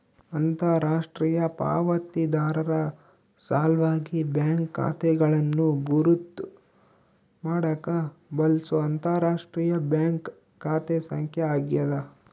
ಅಂತರರಾಷ್ಟ್ರೀಯ ಪಾವತಿದಾರರ ಸಲ್ವಾಗಿ ಬ್ಯಾಂಕ್ ಖಾತೆಗಳನ್ನು ಗುರುತ್ ಮಾಡಾಕ ಬಳ್ಸೊ ಅಂತರರಾಷ್ಟ್ರೀಯ ಬ್ಯಾಂಕ್ ಖಾತೆ ಸಂಖ್ಯೆ ಆಗ್ಯಾದ